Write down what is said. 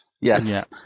Yes